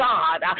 God